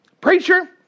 preacher